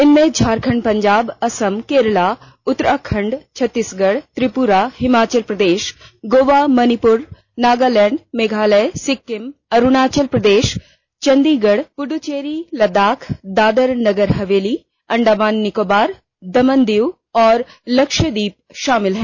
इनमें झारखंड पंजाब असम केरल उत्तराखंड छत्तीसगढ त्रिप्रा हिमाचल प्रदेश गोवा मणिपुर नागालैंड मेघालय सिक्किम अरुणाचल प्रदेश चंडीगढ़ पुडुचेरी लद्दाख दादर नगर हवेली अंडमान निकोबर दमन दीव और लक्षद्वीप शामिल हैं